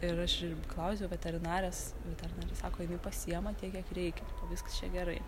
ir aš klausiau veterinarės veterinarė sako jinai pasiima tiek kiek reikia viskas čia gerai